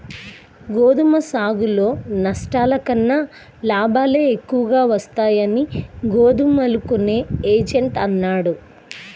గోధుమ సాగులో నష్టాల కన్నా లాభాలే ఎక్కువగా వస్తాయని గోధుమలు కొనే ఏజెంట్ అన్నాడు